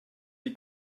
die